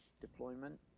deployment